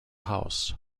house